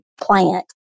plant